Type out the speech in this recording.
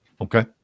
okay